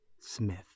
Smith